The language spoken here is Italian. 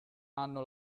hanno